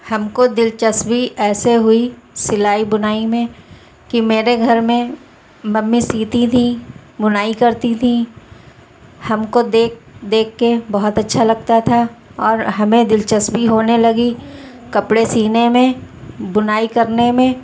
ہم کو دلچسبی ایسے ہوئی سلائی بنائی میں کہ میرے گھر میں ممی سیتی تھیں بنائی کرتی تھیں ہم کو دیکھ دیکھ کے بہت اچھا لگتا تھا اور ہمیں دلچسپی ہونے لگی کپڑے سینے میں بنائی کرنے میں